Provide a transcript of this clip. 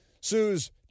sues